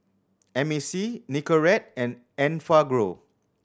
M A C Nicorette and Enfagrow